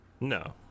No